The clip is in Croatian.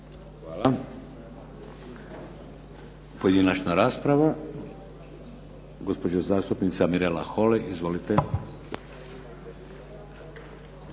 Hvala. Pojedinačna rasprava. Gospođa zastupnica Mirela Holy. Izvolite.